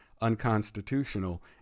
unconstitutional